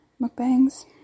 mukbangs